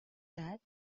that